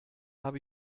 hab